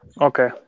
Okay